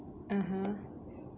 (uh huh)